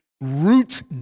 root